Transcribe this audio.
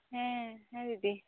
ᱦᱮᱸ ᱦᱮᱸ ᱫᱤᱫᱤ